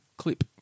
clip